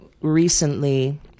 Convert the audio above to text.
recently